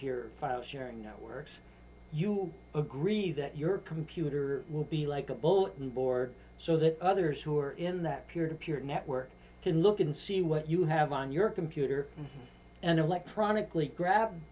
peer file sharing networks you agree that your computer will be like a bulletin board so that others who are in that peer to peer network can look and see what you have on your computer and electronically grab